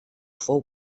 fou